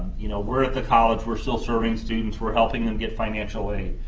you know, we're at the college, we're still serving students, we're helping them get financial aid.